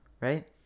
right